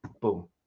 Boom